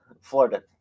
Florida